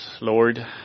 Lord